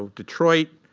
ah detroit,